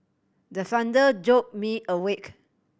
the thunder jolt me awake